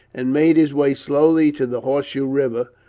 and made his way slowly to the horse-shoe river,